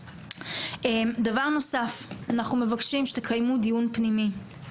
דבר נוסף, אנחנו מבקשים שתקיימו דיון פנימי.